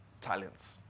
talents